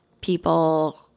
people